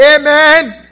Amen